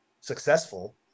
successful